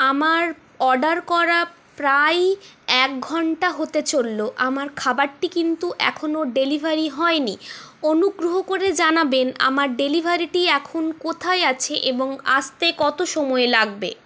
আমার অর্ডার করা প্রায়ই একঘন্টা হতে চললো আমার খাবারটি কিন্তু এখনও ডেলিভারি হয়নি অনুগ্রহ করে জানাবেন আমার ডেলিভারিটি এখন কোথায় আছে এবং আসতে কত সময় লাগবে